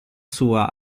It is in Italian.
sua